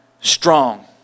strong